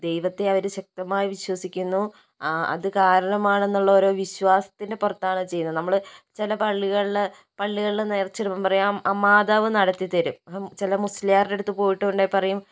ദൈവത്തെ അവര് ശക്തമായി വിശ്വസിക്കുന്നു അത് കാരണമാണെന്നുള്ള ഓരോ വിശ്വാസത്തിൻ്റെ പുറത്താണ് ചെയ്യുന്നത് നമ്മള് ചില പള്ളികളിൽ പള്ളികളിൽ നേർച്ചയിടുമ്പോൾ പറയും മാതാവ് നടത്തിത്തരും ചില മുസ്ലിയാരുടെ അടുത്ത് പോയിട്ടുണ്ടെങ്കിൽ പറയും